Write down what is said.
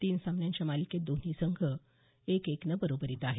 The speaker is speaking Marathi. तीन सामन्यांच्या मालिकेत दोन्ही संघ एक एकनं बरोबरीत आहेत